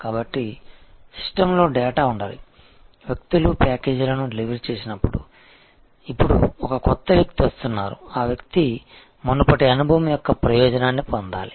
కాబట్టి సిస్టమ్లో డేటా ఉండాలి వ్యక్తులు ప్యాకేజీలను డెలివరీ చేసినప్పుడు ఇప్పుడు ఒక కొత్త వ్యక్తి వస్తున్నారు ఆ వ్యక్తి మునుపటి అనుభవం యొక్క ప్రయోజనాన్ని పొందాలి